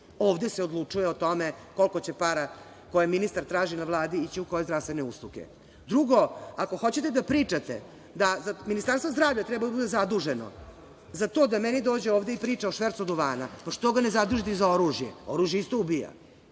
Ovde se odlučuje o tome koliko će para koje ministar traži na Vladi ići u koje zdravstvene usluge. Drugo, ako hoćete da pričate da Ministarstvo zdravlja treba da bude zaduženo za to da meni dođe ovde i priča o švercu duvana, pa što ga ne zadužite i za oružje? Oružje isto ubija,